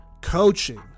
Coaching